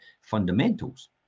fundamentals